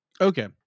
Okay